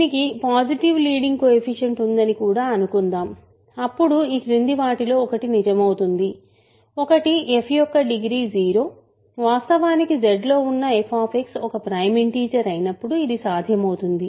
దీనికి positive leading coefficient ఉందని కూడా అనుకుందాం అప్పుడు ఈ క్రింది వాటిలో ఒకటి నిజమవుతుంది ఒకటి f యొక్క డిగ్రీ 0 వాస్తవానికి Z లో ఉన్న f ఒక ప్రైమ్ ఇంటిజర్ అయినప్పుడు ఇది సాధ్యమవుతుంది